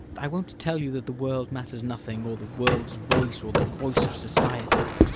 i won't tell you that the world matters nothing, or the world's voice, or the voice of society.